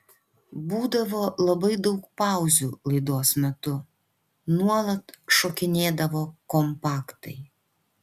būdavo labai daug pauzių laidos metu nuolat šokinėdavo kompaktai